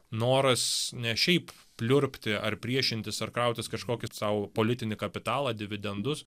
noras ne šiaip pliurpti ar priešintis ar krautis kažkokį sau politinį kapitalą dividendus